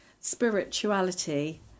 spirituality